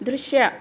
ದೃಶ್ಯ